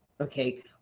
Okay